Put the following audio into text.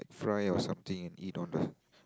fry or something and eat on the